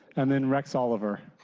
and then rex oliver.